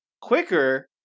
quicker